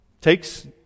takes